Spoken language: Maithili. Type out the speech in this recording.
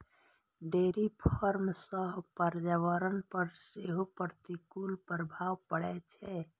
डेयरी फार्म सं पर्यावरण पर सेहो प्रतिकूल प्रभाव पड़ै छै